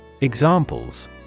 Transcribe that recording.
Examples